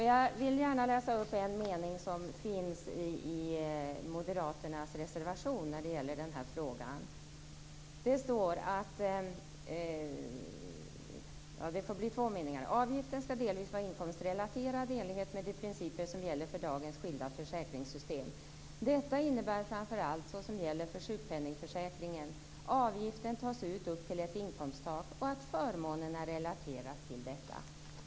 Jag vill gärna läsa upp ett par meningar som finns i moderaternas reservation när det gäller den här frågan: Avgiften skall delvis vara inkomstrelaterad i enlighet med de principer som gäller för dagens skilda försäkringsssystem. Detta innebär framför allt, såsom gäller för sjukpenningförsäkringen, att avgiften tas upp till ett inkomsttak och att förmånerna relateras till detta.